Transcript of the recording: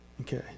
okay